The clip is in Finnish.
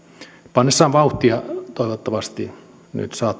pannessaan vauhtia toivottavasti nyt